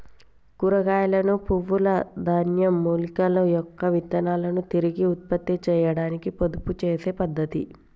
కూరగాయలను, పువ్వుల, ధాన్యం, మూలికల యొక్క విత్తనాలను తిరిగి ఉత్పత్తి చేయాడానికి పొదుపు చేసే పద్ధతి